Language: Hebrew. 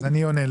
אז אני עונה.